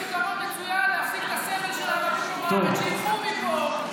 יש פתרון מצוין להפסיק את הסבל של הערבים פה בארץ: שילכו מפה,